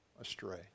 astray